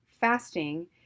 fasting